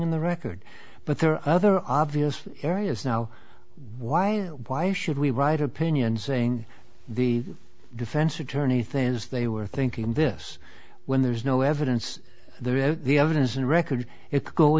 in the record but there are other obvious areas now why why should we write opinions saying the defense attorney thing is they were thinking this when there's no evidence the evidence and record it could go